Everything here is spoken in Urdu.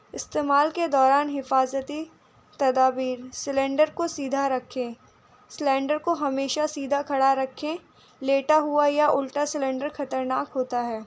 استعمال کے دوران حفاظتی تدابیر سلینڈر کو سیدھا رکھیں سلنڈر کو ہمیشہ سیدھا کھڑا رکھیں لیٹا ہوا یا الٹا سلینڈر خطرناک ہوتا ہے